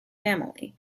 family